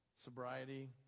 sobriety